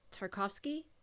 tarkovsky